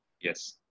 yes